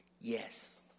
Yes